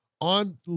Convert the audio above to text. on